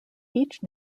each